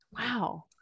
Wow